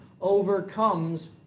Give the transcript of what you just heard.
overcomes